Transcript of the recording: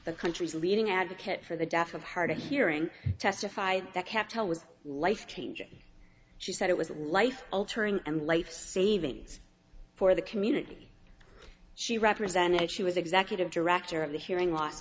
the country's leading advocate for the death of hard of hearing testified that kept tell was life changing she said it was a life altering and life savings for the community she represented she was executive director of the hearing loss